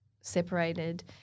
separated